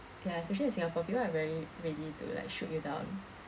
ya especially in Singapore people are very ready to like shoot you down